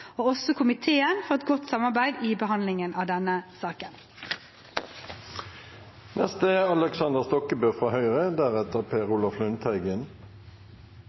og også komiteen for et godt samarbeid i behandlingen av denne saken. I løpet av et par uker i 2020 gikk vi fra